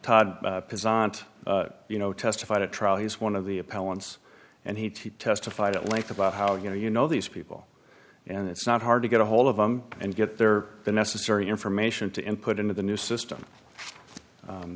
todd you know testified at trial he's one of the appellant's and he testified at length about how you know you know these people and it's not hard to get ahold of them and get their the necessary information to input into the new system